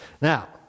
Now